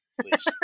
please